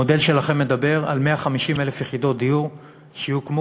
המודל שלכם מדבר על 150,000 יחידות דיור שיוקמו